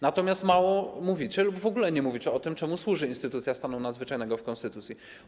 Natomiast mało mówicie lub w ogóle nie mówicie o tym, czemu służy instytucja stanu nadzwyczajnego w konstytucji.